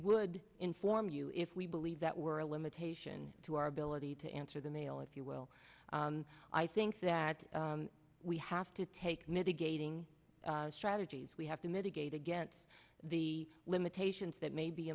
would inform you if we believe that we're a limitation to our ability to answer the mail if you will i think that we have to take mitigating strategies we have to mitigate against the limitations that may be